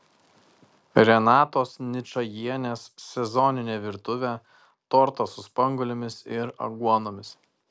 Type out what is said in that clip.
renatos ničajienės sezoninė virtuvė tortas su spanguolėmis ir aguonomis